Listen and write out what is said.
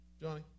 Johnny